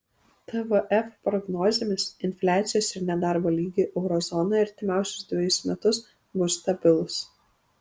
tvf prognozėmis infliacijos ir nedarbo lygiai euro zonoje artimiausius dvejus metus bus stabilūs